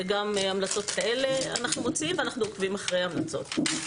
וגם המלצות כאלה אנחנו מוציאים ואנחנו עוקבים אחרי ההמלצות.